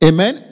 Amen